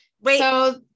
Wait